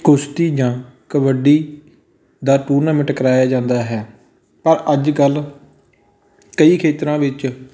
ਕੁਸ਼ਤੀ ਜਾਂ ਕਬੱਡੀ ਦਾ ਟੂਰਨਾਮੈਂਟ ਕਰਵਾਇਆ ਜਾਂਦਾ ਹੈ ਪਰ ਅੱਜ ਕੱਲ੍ਹ ਕਈ ਖੇਤਰਾਂ ਵਿੱਚ